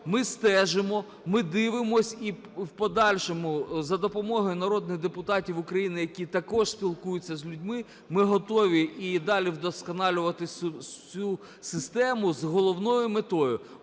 Ми стежимо, ми дивимося, і в подальшому за допомогою народних депутатів України, які також спілкуються з людьми, ми готові і далі вдосконалювати цю систему, з головною метою: